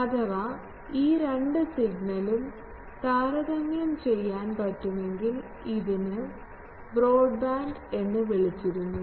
അഥവാ ഈ രണ്ടു സിഗ്നലും താരതമ്യം ചെയ്യാൻ പറ്റുമെങ്കിൽ ഇതിന് ബ്രോഡ്ബാൻഡ് എന്ന് വിളിച്ചിരുന്നു